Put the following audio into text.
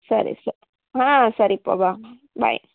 ಸರಿ ಸ ಹಾಂ ಸರಿಪ್ಪ ಬಾ ಬಾಯ್